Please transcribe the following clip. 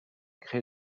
créer